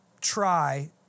try